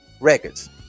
records